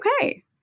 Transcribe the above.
okay